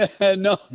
No